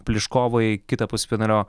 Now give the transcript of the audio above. pliškovai kita pusfinalio